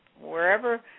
wherever